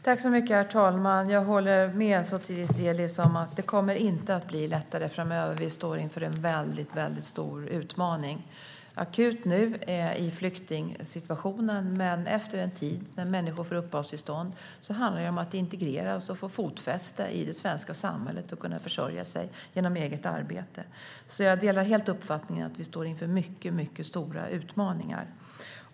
Herr talman! Jag håller med Sotiris Delis om att det inte kommer att bli lättare framöver. Vi står inför en väldigt stor utmaning. Den är akut nu i flyktingsituationen. Men efter en tid när människor får uppehållstillstånd handlar det om att de ska integreras, få fotfäste i det svenska samhället och kunna försörja sig genom eget arbete. Jag delar helt uppfattningen att vi står inför mycket stora utmaningar.